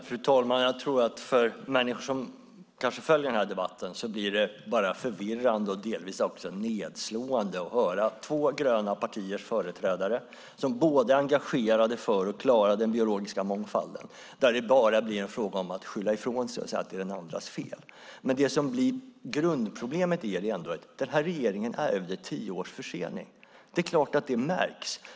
Fru talman! Jag tror att det för människor som följer denna debatt bara blir förvirrande och delvis också nedslående att höra en diskussion mellan två gröna partiers företrädare, som båda är engagerade för att klara den biologiska mångfalden, där det bara blir en fråga om att skylla ifrån sig och säga att det är den andras fel. Grundproblemet är ändå att denna regering ärvde tio års försening. Det är klart att det märks.